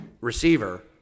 receiver